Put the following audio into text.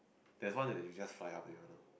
there is one where you just fly up there one loh